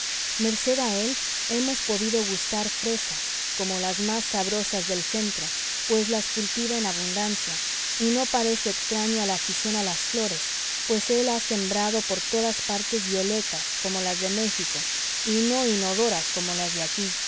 él hemos podido gustar fresas como las más sabrosas del centro pues las cultiva en abundancia y no parece extraño a la afición a las flores pues él ha sembrado por todas partes violetas como las de méxico y no inodoras como las de aquí pervincas mosquetas malvarosas además de